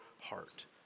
heart